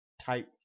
type